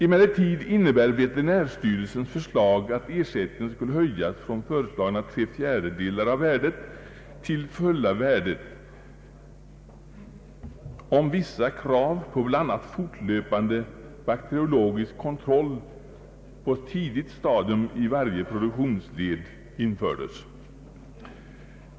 Emellertid innebär veterinärstyrelsens förslag, att ersättningen skulle höjas från tidigare tre fjärdedelar av värdet till fulla värdet, om vissa krav på bl.a. fortlöpande bakteriologisk kontroll på tidigt stadium i varje produktionsled infördes.